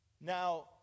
Now